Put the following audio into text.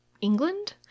england